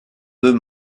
deux